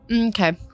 Okay